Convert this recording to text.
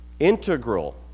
Integral